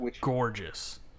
gorgeous